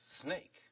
snake